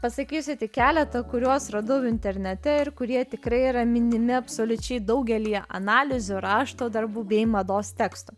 pasakysiu tik keletą kuriuos radau internete ir kurie tikrai yra minimi absoliučiai daugelyje analizių rašto darbų bei mados tekstų